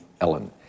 Ellen